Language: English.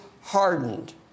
hardened